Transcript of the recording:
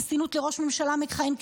חסינות לראש ממשלה מכהן,